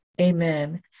Amen